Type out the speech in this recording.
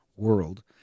world